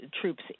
troops